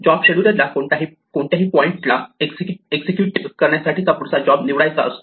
job scheduler ला कोणत्याही point ला एक्झिक्युट करण्यासाठी पुढचा जॉब निवडायचा असतो